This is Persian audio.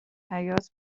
حیات